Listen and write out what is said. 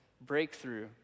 breakthrough